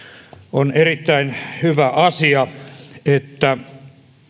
on erittäin hyvä asia että